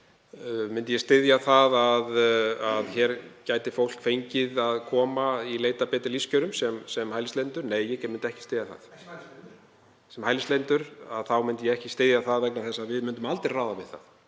Myndi ég styðja það að hér gæti fólk fengið að koma í leit að betri lífskjörum sem hælisleitendur? Nei, ég myndi ekki styðja það. (Gripið fram í.) Sem hælisleitendur. Ég myndi ekki styðja það vegna þess að við myndum aldrei ráða við það.